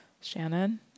shannon